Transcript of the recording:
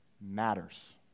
matters